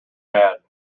had